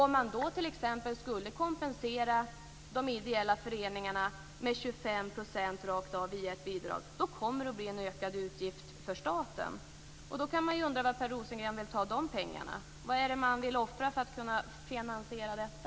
Om man då t.ex. skulle kompensera de ideella föreningarna med 25 % rakt av via ett bidrag så kommer det att bli en ökad utgift för staten. Man kan undra var Per Rosengren vill ta de pengarna. Vad är det som man vill offra för att kunna finansiera detta?